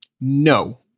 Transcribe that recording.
No